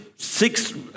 Six